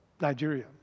Nigeria